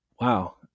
wow